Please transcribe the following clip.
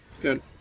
good